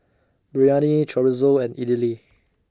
Biryani Chorizo and Idili